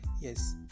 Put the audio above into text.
Yes